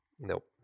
Nope